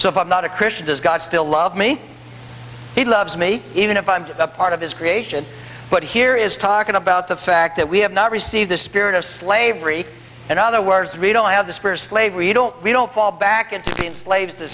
so if i'm not a christian does god still love me he loves me even if i'm a part of his creation but here is talking about the fact that we have not received the spirit of slavery in other words we don't have the spirit slavery don't we don't fall back into being slaves th